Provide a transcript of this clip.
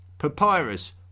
Papyrus